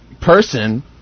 person